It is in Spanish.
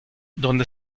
donde